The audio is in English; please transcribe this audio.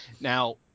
Now